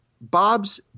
Bob's